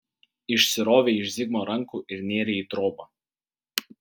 išsirovei iš zigmo rankų ir nėrei į trobą